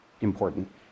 important